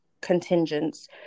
contingents